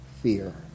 fear